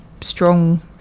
strong